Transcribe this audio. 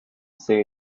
say